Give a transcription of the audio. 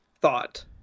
thought